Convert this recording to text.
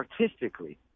artistically